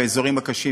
באזורים הקשים,